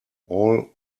all